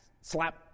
slap